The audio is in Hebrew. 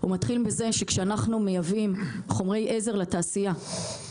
הוא מתחיל בזה שכשאנחנו מייבאים חומרי עזר לתעשייה